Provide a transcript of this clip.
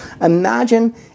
Imagine